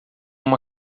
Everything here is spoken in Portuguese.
uma